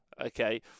okay